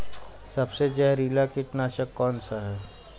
सबसे जहरीला कीटनाशक कौन सा है?